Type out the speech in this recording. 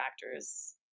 factors